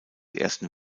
ersten